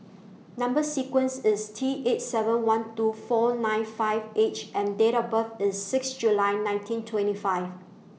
Number sequence IS T eight seven one two four nine five H and Date of birth IS six July nineteen twenty five